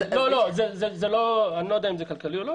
אני לא יודע אם זה כלכלי או לא,